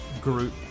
group